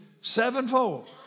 sevenfold